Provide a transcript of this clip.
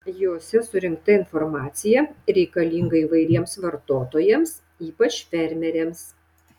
jose surinkta informacija reikalinga įvairiems vartotojams ypač fermeriams